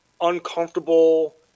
uncomfortable